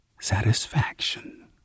satisfaction